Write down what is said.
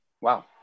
Wow